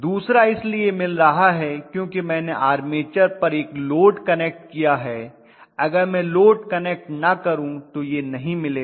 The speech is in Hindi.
दूसरा इसलिए मिल रहा है क्योंकि मैंने आर्मेचर पर एक लोड कनेक्ट किया है अगर मैं लोड कनेक्ट न करूं हूं तो यह नहीं मिलेगा